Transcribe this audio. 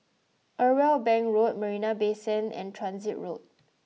Irwell Bank Road Marina Bay Sand and Transit Road